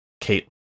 Kate